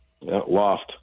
Loft